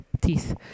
teeth